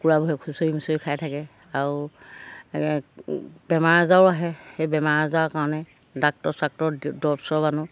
কুকুৰাবোৰে খুচৰি খুচৰি খাই থাকে আৰু বেমাৰ আজাৰো আহে সেই বেমাৰ আজাৰৰ কাৰণে ডাক্তৰ ছাক্তৰ দৰৱ চৰৱ আনো